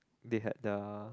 they had the